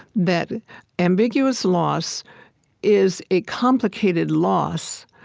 that ambiguous loss is a complicated loss,